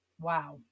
Wow